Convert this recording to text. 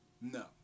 No